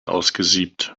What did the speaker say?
ausgesiebt